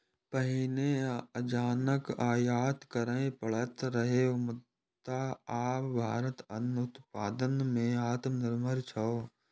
पहिने अनाजक आयात करय पड़ैत रहै, मुदा आब भारत अन्न उत्पादन मे आत्मनिर्भर छै